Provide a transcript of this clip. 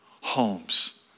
homes